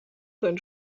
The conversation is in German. den